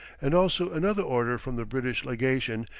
and also another order from the british legation,